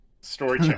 story